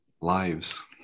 lives